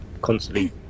constantly